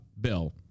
bill